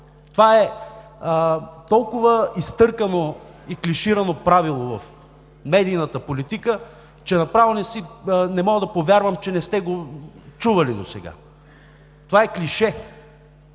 Това е толкова изтъркано и клиширано правило в медийната политика, че направо не мога да повярвам, че не сте го чували досега. Това е клише!